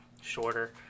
shorter